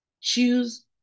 choose